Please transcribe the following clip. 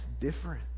different